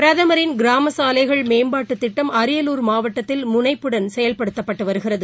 பிரதமரின் கிராமசாலைகள் மேம்பாட்டுதிட்டம் அரியலூர் மாவட்டத்தில் முனைப்புடன் செயல்படுத்தப்பட்டுவருகிறது